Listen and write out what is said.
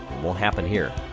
won't happen here.